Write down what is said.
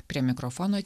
prie mikrofono